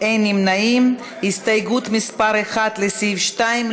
להלן: קבוצת סיעת הרשימה המשותפת.